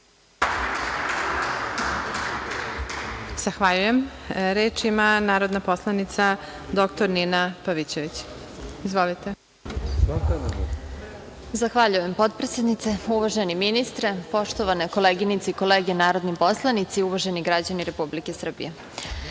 Zahvaljujem. Reč ima narodna poslanica dr Nina Pavićević. Izvolite. **Nina Pavićević** Zahvaljujem, potpredsednice. Uvaženi ministre, poštovane koleginice i kolege narodni poslanici, uvaženi građani Republike Srbije,